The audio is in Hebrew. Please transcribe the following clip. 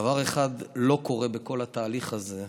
דבר אחד לא קורה בכל התהליך הזה: